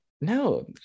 No